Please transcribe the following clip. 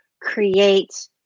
create